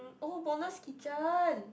um oh bonus kitchen